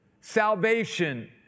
Salvation